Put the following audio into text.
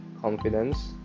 confidence